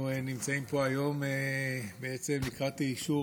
אנחנו נמצאים פה היום בעצם לקראת האישור